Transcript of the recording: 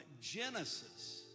Genesis